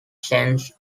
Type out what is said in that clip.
sense